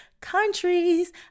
countries